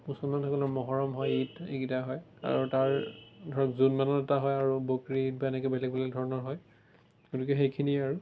মুছলমানসকলৰ মহৰম হয় ঈদ এইকিটা হয় আৰু তাৰ ধৰক জুন মানত এটা হয় আৰু বকৰি ঈদ বা এনেকৈ বেলেগ বেলেগ ধৰণৰ হয় তেওঁলোকে সেইখিনি আৰু